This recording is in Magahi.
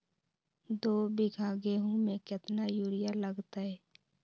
दो बीघा गेंहू में केतना यूरिया लगतै?